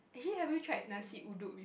okay have you tried nasi-uduk